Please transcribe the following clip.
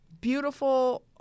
beautiful